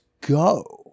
go